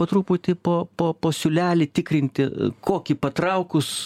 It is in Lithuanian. po truputį po po siūlelį tikrinti kokį patraukus